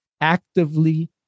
actively